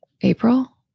April